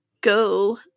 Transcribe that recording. go